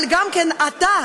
אבל אתה,